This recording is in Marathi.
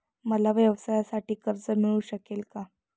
मला व्यवसायासाठी कर्ज मिळू शकेल का?